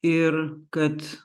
ir kad